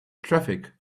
traffic